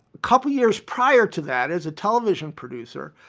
couple years prior to that as a television producer,